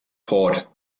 port